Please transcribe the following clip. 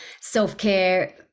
self-care